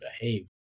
behave